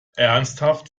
ernsthaft